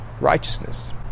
righteousness